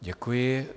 Děkuji.